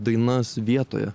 dainas vietoje